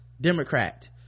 democrat